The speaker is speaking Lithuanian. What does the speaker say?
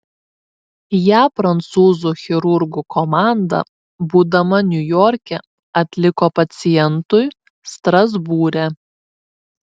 ją prancūzų chirurgų komanda būdama niujorke atliko pacientui strasbūre